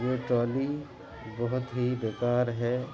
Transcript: یہ ٹرالی بہت ہی بیکار ہے